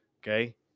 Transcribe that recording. Okay